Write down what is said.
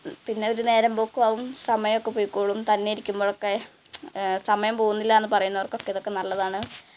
പിന്നെ ഒരു നേരമ്പോക്കും ആവും സമയമൊക്കെ പൊയിക്കോളും തന്നെ ഇരിക്കുമ്പോഴൊക്കെ സമയം പോവുന്നില്ല എന്ന് പറയുന്നവര്ക്കൊക്കെ ഇതൊക്കെ നല്ലതാണ്